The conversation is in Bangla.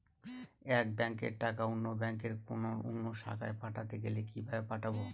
এক ব্যাংকের টাকা অন্য ব্যাংকের কোন অন্য শাখায় পাঠাতে গেলে কিভাবে পাঠাবো?